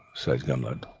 said gimblet.